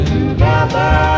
together